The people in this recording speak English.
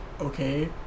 okay